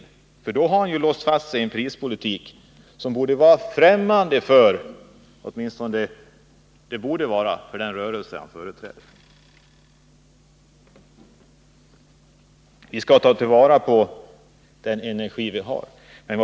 Om det blev sådana effekter skulle man låsa sig fast i en prispolitik som borde vara främmande åtminstone för den rörelse som Bo Södersten företräder. Vi skall ta till vara den energi vi har.